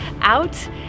out